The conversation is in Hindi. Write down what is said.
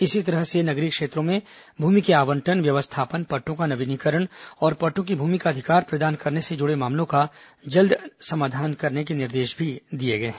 इसी तरह से नगरीय क्षेत्रों में भूमि के आवंटन व्यवस्थापन पट्टों का नवीनीकरण और पट्टों की भूमि का अधिकार प्रदान करने से जुड़े मामलों का जल्द निराकरण करने का निर्देश भी दिया गया है